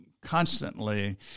constantly